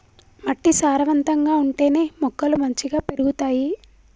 మట్టి సారవంతంగా ఉంటేనే మొక్కలు మంచిగ పెరుగుతాయి